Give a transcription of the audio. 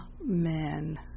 Amen